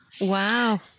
Wow